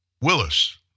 Willis